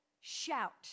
shout